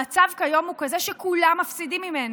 המצב כיום הוא כזה שכולם מפסידים ממנו.